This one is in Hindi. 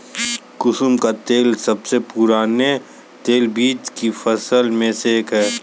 कुसुम का तेल सबसे पुराने तेलबीज की फसल में से एक है